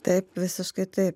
taip visiškai taip